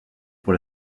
pour